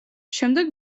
შემდეგ